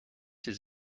his